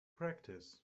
practice